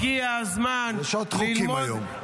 יש עוד חוקים היום.